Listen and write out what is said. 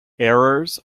errors